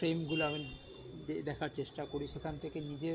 ফ্রেমগুলো আমি দেখার চেষ্টা করি সেখান থেকে নিজের